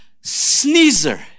sneezer